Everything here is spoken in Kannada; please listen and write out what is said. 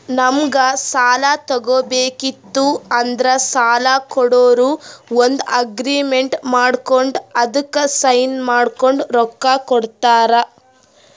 ನಮ್ಗ್ ಸಾಲ ತಗೋಬೇಕಿತ್ತು ಅಂದ್ರ ಸಾಲ ಕೊಡೋರು ಒಂದ್ ಅಗ್ರಿಮೆಂಟ್ ಮಾಡ್ಕೊಂಡ್ ಅದಕ್ಕ್ ಸೈನ್ ಮಾಡ್ಕೊಂಡ್ ರೊಕ್ಕಾ ಕೊಡ್ತಾರ